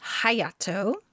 Hayato